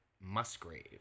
Musgrave